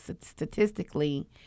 statistically